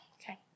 okay